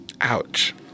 Ouch